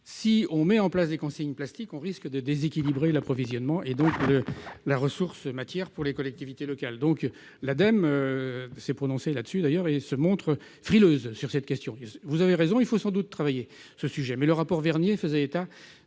si on met en place des consignes plastique, on risque de déséquilibrer l'approvisionnement, et donc la ressource matière pour les collectivités locales, donc l'Adem s'est prononcé là-dessus d'ailleurs et se montre frileuse sur cette question, vous avez raison, il faut sans doute travailler ce sujet mais le rapport Vernier, faisait état